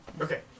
okay